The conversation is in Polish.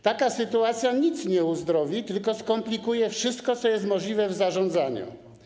Taka sytuacja niczego nie uzdrowi, tylko skomplikuje wszystko, co jest możliwe w zarządzaniu.